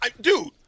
dude